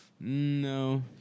no